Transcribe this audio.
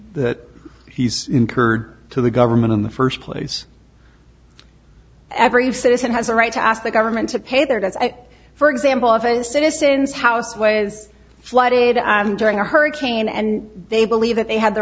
s incurred to the government in the first place every citizen has a right to ask the government to pay their debts for example of a citizens house was flooded during a hurricane and they believe that they had the